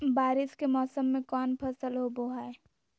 बारिस के मौसम में कौन फसल होबो हाय?